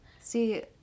See